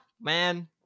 man